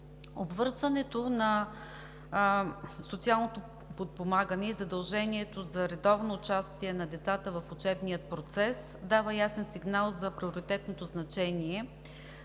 Обвързването на социалното подпомагане и задължението за редовно участие на децата в учебния процес дава ясен сигнал за приоритетното значение